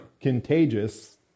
contagious